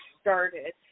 started